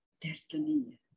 destiny